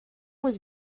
was